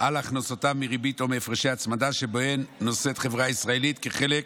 על הכנסותיו מריבית או מהפרשי הצמדה שבהם נושאת חברה ישראלית כחלק